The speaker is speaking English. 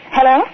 Hello